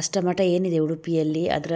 ಅಷ್ಟ ಮಠ ಏನಿದೆ ಉಡುಪಿಯಲ್ಲಿ ಅದರ